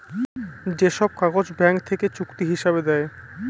যে সব কাগজ ব্যাঙ্ক থেকে চুক্তি হিসাবে দেয়